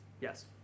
yes